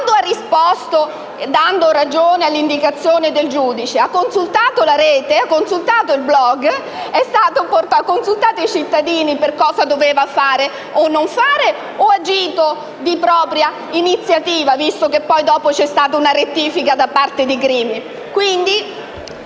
quando ha risposto dando ragione all'indicazione del giudice, ha consultato la rete e il *blog*? Ha consultato i cittadini su cosa doveva o non doveva fare oppure ha agito di propria iniziativa, visto che dopo c'è stata una rettifica da parte di Crimi?